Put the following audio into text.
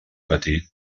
petit